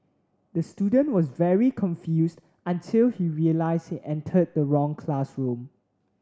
the student was very confused until he realised he entered the wrong classroom